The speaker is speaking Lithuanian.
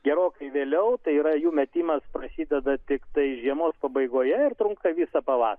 gerokai vėliau tai yra jų metimas prasideda tiktai žiemos pabaigoje ir trunka visą pava